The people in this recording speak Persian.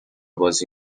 بازی